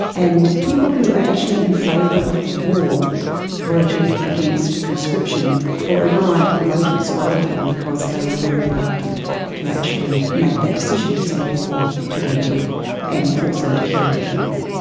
and people who were actually in favour of the war voted against conscription for a variety of motives but often because they were very reluctant to actually make that decision to send people to their death and force them to kill other people.